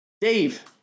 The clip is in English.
Dave